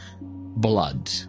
Blood